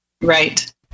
Right